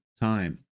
time